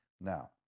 Now